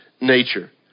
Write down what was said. nature